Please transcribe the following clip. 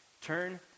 Turn